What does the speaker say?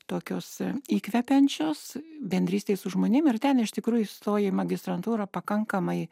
tokios įkvepiančios bendrystei su žmonėm ir ten iš tikrųjų įstoja į magistrantūrą pakankamai